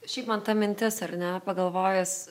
šiaip man ta mintis ar ne pagalvojus